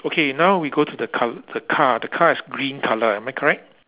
okay now we go to the car the car the car is green colour am I correct